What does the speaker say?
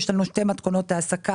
יש לנו שתי מתכונות העסקה: